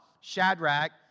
Shadrach